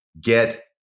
Get